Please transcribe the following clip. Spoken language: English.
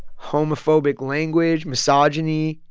homophobic language, misogyny,